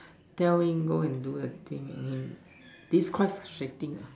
tell him go and do the thing and he is this quite frustrating eh